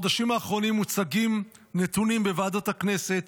בחודשים האחרונים מוצגים נתונים בוועדת הכנסת